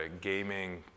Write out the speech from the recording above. gaming